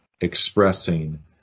expressing